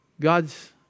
God's